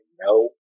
no